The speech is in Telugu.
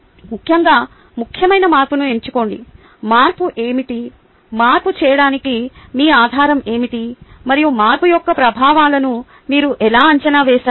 ముఖ్యంగా ముఖ్యమైన మార్పును ఎంచుకోండి మార్పు ఏమిటి మార్పు చేయడానికి మీ ఆధారం ఏమిటి మరియు మార్పు యొక్క ప్రభావాలను మీరు ఎలా అంచనా వేశారు